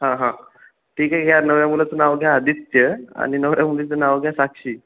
हां हां ठीक आहे ह्या नवऱ्या मुलाचं नाव घ्या आदित्य आणि नवऱ्या मुलीचं नाव घ्या साक्षी